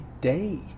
day